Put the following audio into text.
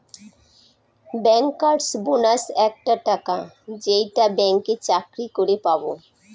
bankers bonus একটা টাকা যেইটা ব্যাঙ্কে চাকরি করে পাবো